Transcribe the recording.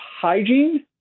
hygiene